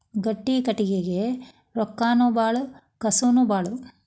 ಗಟ್ಟಿ ಕಟಗಿಗೆ ರೊಕ್ಕಾನು ಬಾಳ ಕಸುವು ಬಾಳ